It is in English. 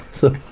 so